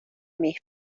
mis